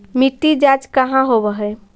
मिट्टी जाँच कहाँ होव है?